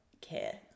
care